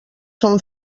són